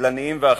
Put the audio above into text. נדל"ניים ואחרים,